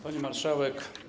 Pani Marszałek!